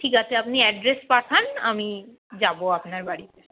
ঠিক আছে আপনি অ্যাড্রেস পাঠান আমি যাবো আপনার বাড়িতে